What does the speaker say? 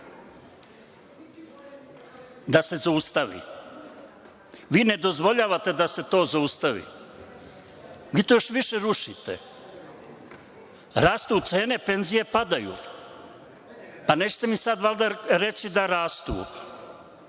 nižih zaustavi. Vi ne dozvoljavate da se to zaustavi, vi to još više rušite. Rastu cene, a penzije padaju. Pa nećete mi sada valjda reći da rastu?